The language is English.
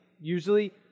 usually